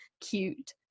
cute